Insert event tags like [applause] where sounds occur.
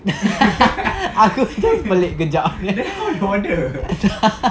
[laughs] aku terus pelik sekejap [laughs]